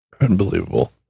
Unbelievable